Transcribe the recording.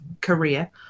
career